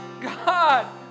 God